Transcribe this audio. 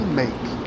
make